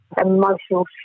emotional